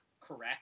correct